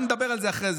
נדבר על זה אחרי,